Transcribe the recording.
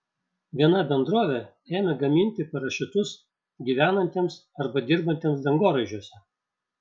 viena bendrovė ėmė gaminti parašiutus gyvenantiems arba dirbantiems dangoraižiuose